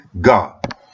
God